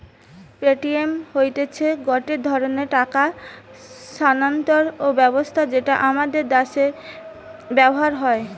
Paytm হতিছে গটে ধরণের টাকা স্থানান্তর ব্যবস্থা যেটা আমাদের দ্যাশে ব্যবহার হয়